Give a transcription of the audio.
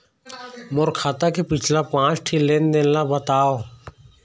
मोर खाता के पिछला पांच ठी लेन देन ला बताव?